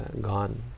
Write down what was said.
gone